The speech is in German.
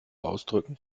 ausdrücken